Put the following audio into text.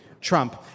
Trump